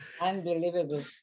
Unbelievable